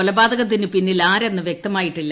കൊലപാതകത്തിന് പിന്നിൽ ആരെന്ന് വ്യക്തമായിട്ടില്ല